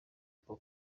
ako